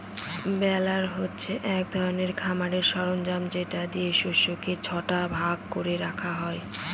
বেলার হচ্ছে এক ধরনের খামারের সরঞ্জাম যেটা দিয়ে শস্যকে ছটা ভাগ করে রাখা হয়